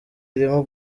irimo